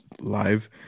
live